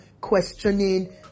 questioning